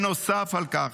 נוסף על כך,